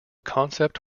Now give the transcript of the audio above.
concept